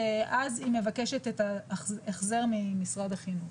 ואז היא מבקשת את ההחזר ממשרד החינוך.